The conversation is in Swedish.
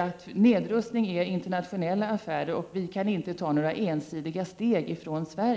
att nedrustning är internationella affärer och HA att vi i Sverige inte själva kan ta några egna steg därvidlag.